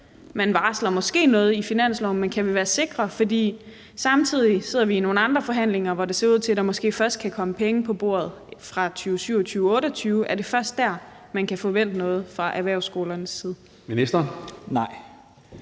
man varsler måske noget i finansloven, men kan vi være sikre? For samtidig sidder vi i nogle andre forhandlinger, hvor det ser ud til, at der måske først kan komme penge på bordet fra 2027 og 2028. Er det først der, man kan forvente noget fra erhvervsskolernes side? Kl.